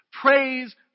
Praise